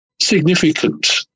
significant